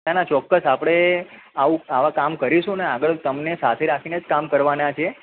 ના ના ચોક્કસ આપણે આવું આવાં કામ કરીશું ને આગળ તમને સાથે રાખીને જ કામ કરવાના છીએ